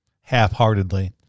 half-heartedly